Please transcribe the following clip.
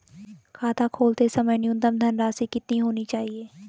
खाता खोलते समय न्यूनतम धनराशि कितनी होनी चाहिए?